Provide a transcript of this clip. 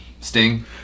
Sting